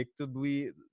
predictably